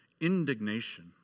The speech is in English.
indignation